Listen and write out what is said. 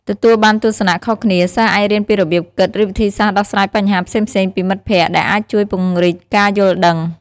ទទួលបានទស្សនៈខុសគ្នាសិស្សអាចរៀនពីរបៀបគិត ឬវិធីសាស្រ្តដោះស្រាយបញ្ហាផ្សេងៗពីមិត្តភក្តិ ដែលអាចជួយពង្រីកការយល់ដឹង។